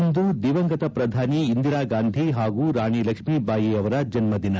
ಇಂದು ದಿವಂಗತ ಪ್ರಧಾನಿ ಇಂದಿರಾಗಾಂಧಿ ಹಾಗೂ ರಾಣಿ ಲಕ್ಷ್ಮೀಬಾಯಿ ಅವರ ಜನ್ಮದಿನ